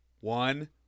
One